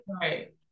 right